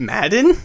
Madden